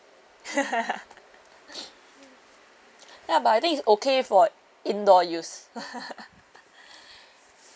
ya but I think it's okay for indoor use